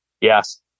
Yes